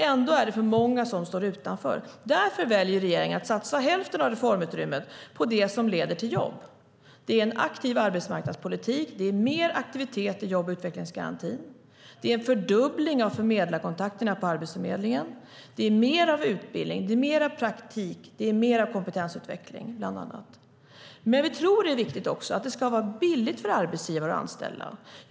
Ändå är det för många som står utanför. Därför väljer regeringen att satsa hälften av reformutrymmet på det som leder till jobb. Det är en aktiv arbetsmarknadspolitik. Det är bland annat mer aktivitet i jobb och utvecklingsgarantin. Det är en fördubbling av förmedlarkontakterna på Arbetsförmedlingen. Det är mer utbildning. Det är mer praktik. Det är mer kompetensutveckling. Men vi tror att det också är viktigt att det är billigt för arbetsgivare att anställa.